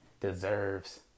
deserves